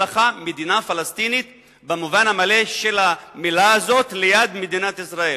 ישראל: מדינה פלסטינית במובן המלא של המלה הזאת ליד מדינת ישראל.